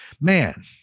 man